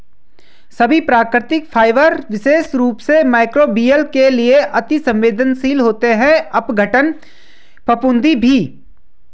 सभी प्राकृतिक फाइबर विशेष रूप से मइक्रोबियल के लिए अति सवेंदनशील होते हैं अपघटन, फफूंदी भी